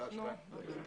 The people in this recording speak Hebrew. ברגע